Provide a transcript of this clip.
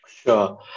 Sure